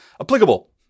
Applicable